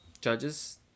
judges